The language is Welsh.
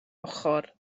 ochr